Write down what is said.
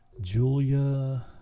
Julia